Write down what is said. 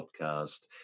podcast